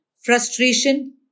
Frustration